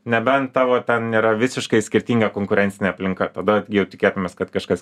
nebent tavo ten yra visiškai skirtinga konkurencinė aplinka tada jau tikėtumės kad kažkas